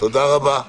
תודה רבה.